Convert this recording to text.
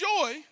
joy